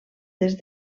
des